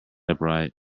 upright